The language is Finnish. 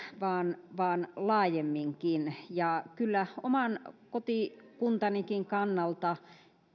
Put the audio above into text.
vaan vaan laajemminkin kyllä oman kotikuntanikin kannalta